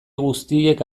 guztiek